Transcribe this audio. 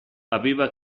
aveva